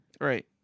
right